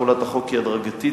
תחולת החוק היא הדרגתית.